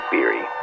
Beery